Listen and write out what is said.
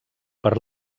per